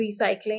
recycling